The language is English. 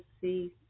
see